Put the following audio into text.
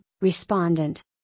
respondent